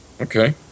Okay